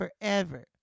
forever